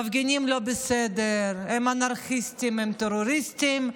המפגינים לא בסדר, הם אנרכיסטים, הם טרוריסטים,